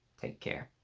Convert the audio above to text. take care